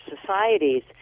societies